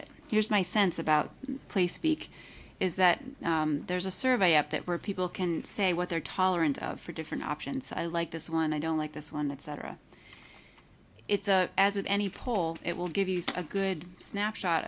it here's my sense about place speak is that there's a survey up that where people can say what their tolerance for different options i like this one i don't like this one that cetera it's a as with any poll it will give you a good snapshot